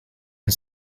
and